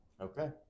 Okay